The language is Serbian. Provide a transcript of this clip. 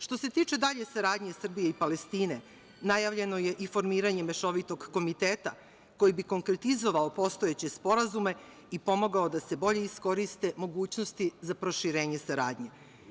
Što se tiče dalje saradnje Srbije i Palestine, najavljeno je i formiranje mešovitog komiteta koji bi konkretizovao postojeće sporazume i pomogao da se bolje iskoriste mogućnosti za proširenje saradnje.